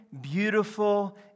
beautiful